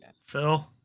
Phil